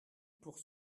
pour